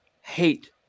hate